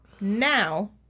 Now